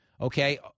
Okay